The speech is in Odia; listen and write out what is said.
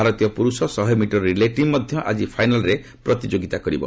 ଭାରତୀୟ ପୁରୁଷ ଶହେ ମିଟର ରିଲେ ଟିମ୍ ମଧ୍ୟ ଆଜି ଫାଇନାଲ୍ରେ ପ୍ରତିଯୋଗିତା କରିବେ